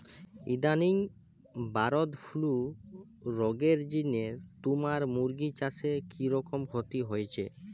ইদানিং bird flu রগের জিনে তুমার মুরগি চাষে কিরকম ক্ষতি হইচে?